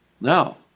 Now